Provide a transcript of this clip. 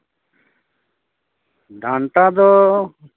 ᱰᱟᱱᱴᱟ ᱫᱚ